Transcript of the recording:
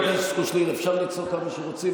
אז אתם צבועים,